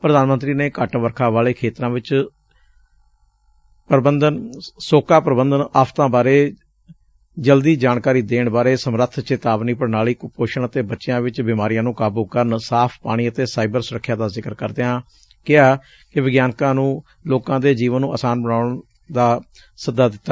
ਪ੍ਧਾਨ ਮੰਤਰੀ ਨੇ ਘੱਟ ਵਰਖਾ ਵਾਲੇ ਖੇਤਰਾਂ ਵਿਚ ਸੋਕਾ ਪ੍ਰਬੰਧਨ ਆਫ਼ਤਾਂ ਬਾਰੇ ਜਲਦੀ ਜਾਣਕਾਰੀ ਦੇਣ ਬਾਰੇ ਸਮਰੱਬ ਚੇਤਾਵਨੀ ਪ੍ਰਣਾਲੀ ਕੁਪੋਸ਼ਣ ਅਤੇ ਬਚਿਆਂ ਵਿਚ ਬਿਮਾਰੀਆਂ ਨੂੰ ਕਾਬੁ ਕਰਨ ਸਾਫ਼ ਪਾਣੀ ਅਤੇ ਸਾਈਬਰ ਸੁਰੱਖਿਆ ਦਾ ਜ਼ਿਕਰ ਕਰਦਿਆਂ ਪ੍ਧਾਨ ਮੰਤਰੀ ਨੇ ਵਿਗਿਆਨਕਾਂ ਨੂੰ ਲੂੰਕਾਂ ਦੇ ਜੀਵਨ ਨੂੰ ਆਸਾਨ ਬਣਾਉਣ ਦਾ ਸੱਦਾ ਦਿੱਤਾ